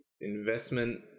investment